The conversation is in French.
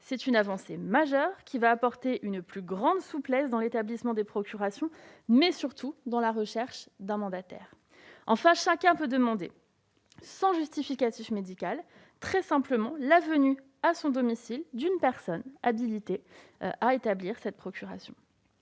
C'est une avancée majeure, qui apportera une plus grande souplesse dans l'établissement des procurations et dans la recherche d'un mandataire. Enfin, chacun peut demander, sans justificatif médical, la venue à son domicile d'une personne habilitée à établir la procuration.